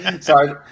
Sorry